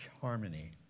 harmony